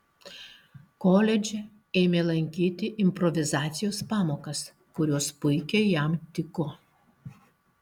koledže ėmė lankyti improvizacijos pamokas kurios puikiai jam tiko